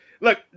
Look